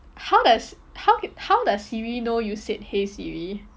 how does how can how does siri know you said !hey! siri